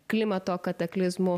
klimato kataklizmų